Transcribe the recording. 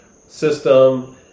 system